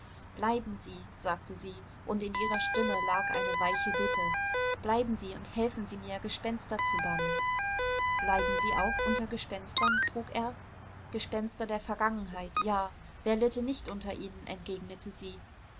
bleiben sie sagte sie und in ihrer stimme lag eine weiche bitte bleiben sie und helfen sie mir gespenster zu bannen leiden sie auch unter gespenstern frug er gespenstern der vergangenheit ja wer litte nicht unter ihnen entgegnete sie